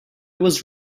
was